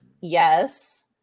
yes